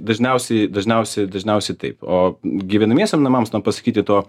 dažniausiai dažniausiai dažniausiai taip o gyvenamiesiem namams na pasakyti to